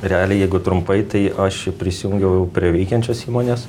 realiai jeigu trumpai tai aš prisijungiau prie veikiančios įmonės